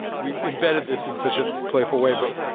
we embedded this in such a playful way, but.